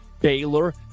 Baylor